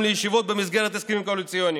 לישיבות במסגרת ההסכמים קואליציוניים.